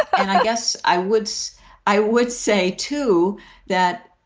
i guess i would i would say to that,